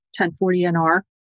1040-NR